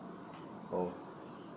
oh